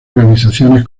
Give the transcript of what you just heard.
organizaciones